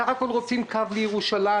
לדוגמה, בסך הכול רוצים קו לירושלים.